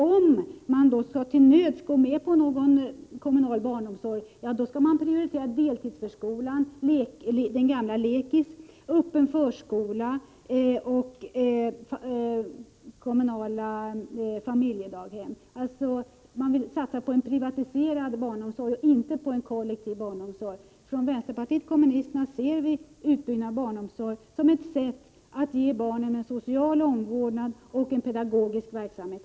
Om man till nöds går med på någon kommunal barnomsorg, skall man prioritera deltidsförskola — den tidigare lekis — öppen förskola och kommunala familjedaghem. Man vill alltså satsa på en privatiserad barnomsorg, inte på en kollektiv barnomsorg. Från vpk ser vi utbyggnaden av barnomsorgen som ett sätt att ge barnen social omvård och pedagogisk verksamhet.